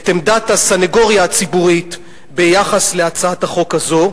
את עמדת הסניגוריה הציבורית ביחס להצעת החוק הזאת.